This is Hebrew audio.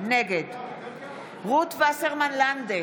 נגד רות וסרמן לנדה,